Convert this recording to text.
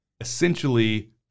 essentially